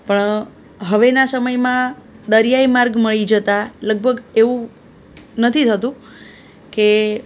પણ હવેના સમયમાં દરિયાઈ માર્ગ મળી જતાં લગભગ એવું નથી થતું કે